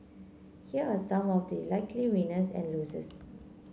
here are some of the likely winners and losers